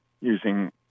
using